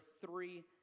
three